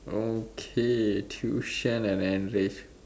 okay tuition and enrich